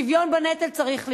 שוויון בנטל צריך להיות.